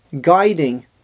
guiding